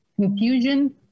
confusion